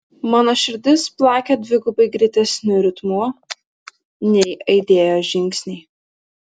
mano širdis plakė dvigubai greitesniu ritmu nei aidėjo žingsniai